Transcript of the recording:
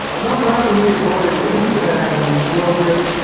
come back with me to galatians and we'll get